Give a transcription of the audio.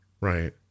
Right